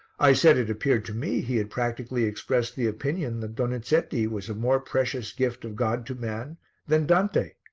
i said it appeared to me he had practically expressed the opinion that donizetti was a more precious gift of god to man than dante.